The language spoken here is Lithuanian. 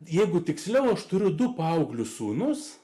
jeigu tiksliau aš turiu du paauglius sūnus